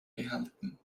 behalten